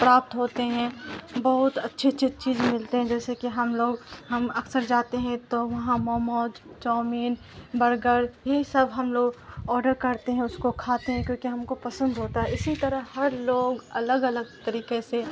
پراپت ہوتے ہیں بہت اچھی اچھی چیز ملتے ہیں جیسے کہ ہم لوگ ہم اکثر جاتے ہیں تو وہاں موموز چاؤمین برگر یہی سب ہم لوگ آڈر کرتے ہیں اس کو کھاتے ہیں کیونکہ ہم کو پسند ہوتا ہے اسی طرح ہر لوگ الگ الگ طریقے سے